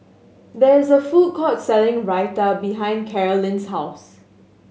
there is a food court selling Raita behind Carolyn's house